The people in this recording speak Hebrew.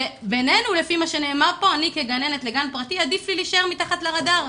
כאשר בינינו לי כגננת עדיף לי להישאר מתחת לרדאר.